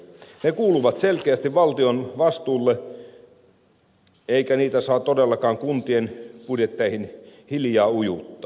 ne kuuluvat selkeästi valtion vastuulle eikä niitä saa todellakaan kuntien budjetteihin hiljaa ujuttaa